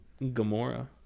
Gamora